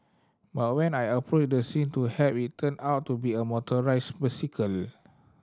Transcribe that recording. but when I approached the scene to help it turned out to be a motorised bicycle